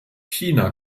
china